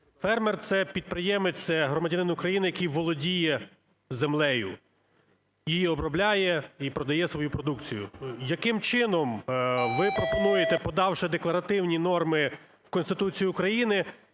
Фермер – це підприємець, громадянин України, який володіє землею, її обробляє і продає свою продукцію. Яким чином ви пропонуєте, подавши декларативні норми в Конституцію України